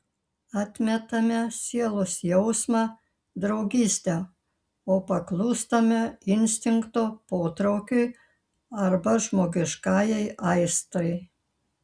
atmetame sielos jausmą draugystę o paklūstame instinkto potraukiui arba žmogiškajai aistrai